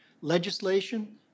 Legislation